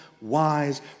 wise